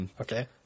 Okay